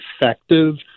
effective